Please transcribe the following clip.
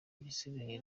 igisigaye